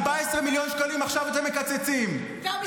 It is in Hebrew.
14 מיליון שקלים אתם מקצצים עכשיו.